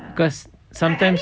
because sometimes